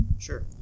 Sure